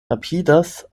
rapidas